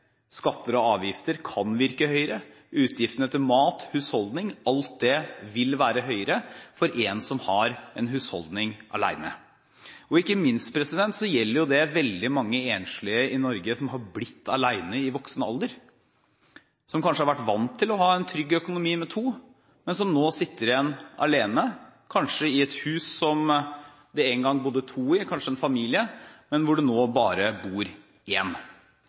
skatter og avgifter kan virke høyere, utgiftene til mat, husholdning – alt det vil være høyere for en som har en husholdning alene. Ikke minst gjelder jo det veldig mange enslige i Norge som er blitt alene i voksen alder, som kanskje har vært vant til å ha en trygg økonomi med to, men som nå sitter igjen alene. Kanskje bor de i et hus, der det en gang bodde to eller kanskje en familie, men hvor det nå bare bor